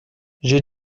j’ai